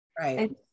Right